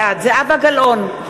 בעד זהבה גלאון,